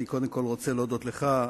אני קודם כול רוצה להודות לך,